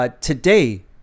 today